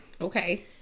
Okay